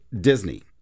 Disney